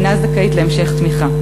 היא אינה זכאית להמשך תמיכה.